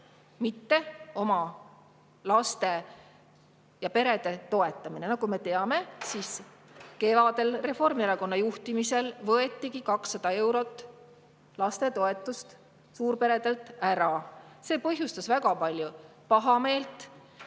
mitte oma laste ja perede toetamine. Nagu me teame, kevadel võetigi Reformierakonna juhtimisel 200 eurot lastetoetust suurperedelt ära. See põhjustas väga palju pahameelt.